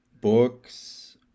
books